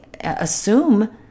assume